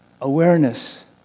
awareness